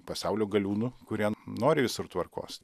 pasaulio galiūnų kurie nori visur tvarkos